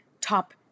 top